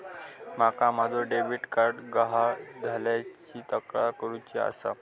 माका माझो debit card गहाळ झाल्याची तक्रार करुची आसा